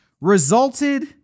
resulted